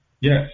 yes